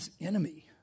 enemy